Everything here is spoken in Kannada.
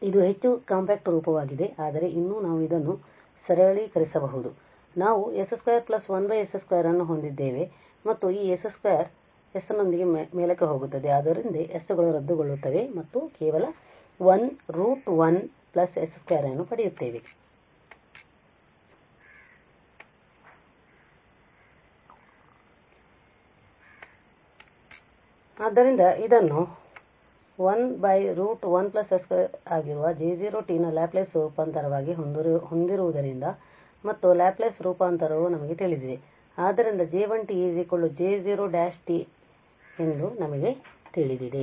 ಆದ್ದರಿಂದ ಇದು ಹೆಚ್ಚು ಕಾಂಪ್ಯಾಕ್ಟ್ ರೂಪವಾಗಿದೆ ಆದರೆ ಇನ್ನೂ ನಾವು ಇದನ್ನು ಸರಳೀಕರಿಸಬಹುದು ನಾವು s 21 s 2 ಅನ್ನು ಹೊಂದಿದ್ದೇವೆ ಮತ್ತು ಈ s 2 s ನೊಂದಿಗೆ ಮೇಲಕ್ಕೆ ಹೋಗುತ್ತದೆ ಆದ್ದರಿಂದ s ಗಳು ರದ್ದಾಗುತ್ತವೆ ಮತ್ತು ನಾವು ಕೇವಲ 1 √1 s2 ಅನ್ನು ಪಡೆಯುತ್ತೇವೆ ಆದ್ದರಿಂದ ಇದನ್ನು 1 √1s 2 ಆಗಿರುವ J0 ನ ಲ್ಯಾಪ್ಲೇಸ್ ರೂಪಾಂತರವಾಗಿ ಹೊಂದಿರುವುದರಿಂದ ಮತ್ತು ಲ್ಯಾಪ್ಲೇಸ್ ರೂಪಾಂತರವು ನಮಗೆ ತಿಳಿದಿದೆ ಆದ್ದರಿಂದ J1 −J0′ಎಂದು ನಮಗೆ ತಿಳಿದಿದೆ